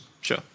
Sure